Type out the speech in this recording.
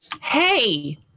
Hey